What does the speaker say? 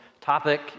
topic